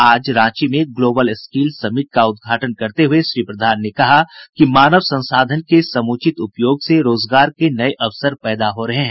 आज रांची में global skill summit को संबोधित करते हुए श्री प्रधान ने कहा कि मानव संसाधन के समूचित उपयोग से रोजगार के नये अवसर पैदा हो रहे हैं